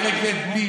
פרק ב' בלי,